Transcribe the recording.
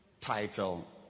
title